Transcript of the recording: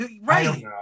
right